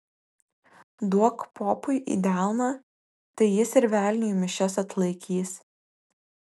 duok popui į delną tai jis ir velniui mišias atlaikys